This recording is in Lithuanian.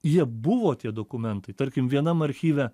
jie buvo tie dokumentai tarkim vienam archyve